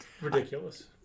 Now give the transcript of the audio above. ridiculous